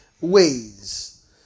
ways